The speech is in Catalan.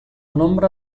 nombre